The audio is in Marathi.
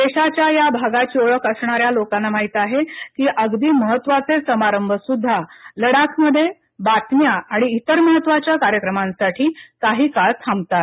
देशाच्या या भागाची ओळख असणाऱ्या लोकांना माहीत आहे की अगदी महत्त्वाचे समारंभसुद्धा लडाखमध्ये बातम्या किंवा इतर महत्त्वाच्या कार्यक्रमांसाठी काही काळ थांबतात